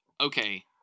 okay